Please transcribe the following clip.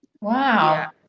wow